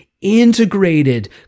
Integrated